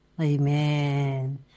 Amen